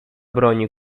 broni